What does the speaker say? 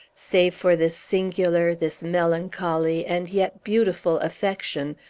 save for this singular, this melancholy, and yet beautiful affection,